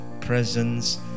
presence